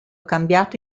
cambiato